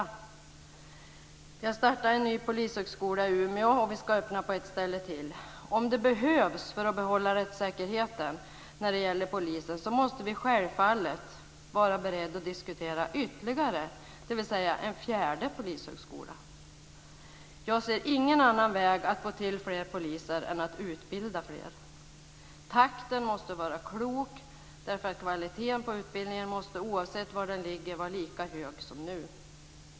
Det har startat en ny polishögskola i Umeå, och det ska öppna en på ett ställe till. Om det behövs för att behålla rättssäkerheten när det gäller polisen måste vi självfallet vara beredda att diskutera en ytterligare, dvs. en fjärde polishögskola. Jag ser ingen annan väg att få fler poliser än att utbilda fler. Takten måste vara klok, därför att kvaliteten på utbildningen måste oavsett var den ligger vara lika hög som nu.